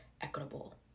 equitable